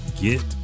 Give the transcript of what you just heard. Get